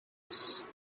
ace